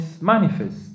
manifest